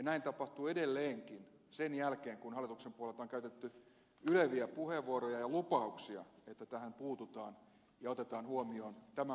näin tapahtuu edelleenkin sen jälkeen kun hallituksen puolelta on käytetty yleviä puheenvuoroja ja annettu lupauksia että tähän puututaan ja otetaan huomioon tämän poikkeuksellisen taloustilanteen vaatimukset